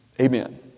Amen